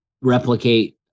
replicate